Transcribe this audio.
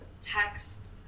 text